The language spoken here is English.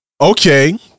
Okay